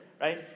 right